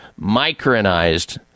micronized